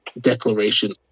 Declaration